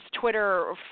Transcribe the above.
Twitter